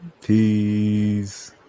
Peace